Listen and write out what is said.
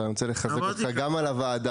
אבל אני רוצה לחזק אותך גם על הוועדה.